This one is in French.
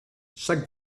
chaque